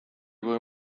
kui